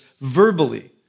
verbally